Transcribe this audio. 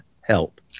help